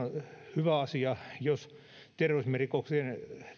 hyvä asia jos terrorismirikoksen